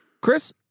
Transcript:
Chris